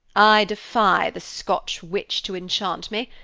i defy the scotch witch to enchant me,